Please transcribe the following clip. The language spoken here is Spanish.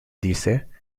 dice